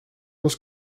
was